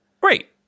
great